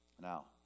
Now